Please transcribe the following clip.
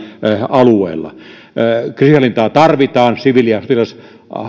alueella kriisinhallintaa tarvitaan siviili ja